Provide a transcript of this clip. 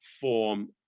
form